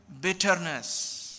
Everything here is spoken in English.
bitterness